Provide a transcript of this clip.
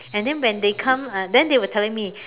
and then when they come uh then they were telling me